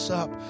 up